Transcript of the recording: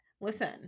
Listen